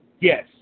Yes